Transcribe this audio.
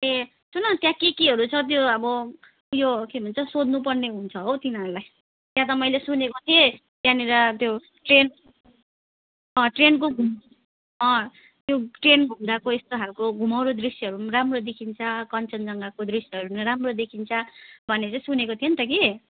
ए सुन न त्यहाँ के केहरू छ त्यो अब उयो के भन्छ सोध्नुपर्ने हुन्छ हो तिनीहरूलाई त्यहाँ त मैले सुनेको थिएँ त्यहाँनिर त्यो ट्रेन ट्रेनको त्यो ट्रेन घुम्दाको यस्तो खालको घुमाउरो दृश्यहरू पनि राम्रो देखिन्छ कन्चनजङ्घाको दृश्यहरू पनि राम्रो देखिन्छ भन्ने चाहिँ सुनेको थिएँ नि त कि